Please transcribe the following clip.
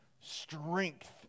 strength